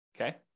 Okay